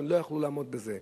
והם לא יוכלו לעמוד בזה.